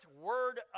word